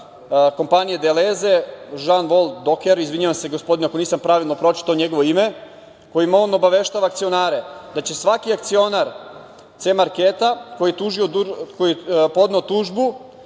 kompanije „Deleze“ Žan Vol Dokera, izvinjavam se gospodine ako nisam pravilno pročitao njegovo ime, kojim on obaveštava akcionare da će svaki akcionar „C marketa“ koji je podneo tužbu